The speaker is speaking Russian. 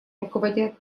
руководят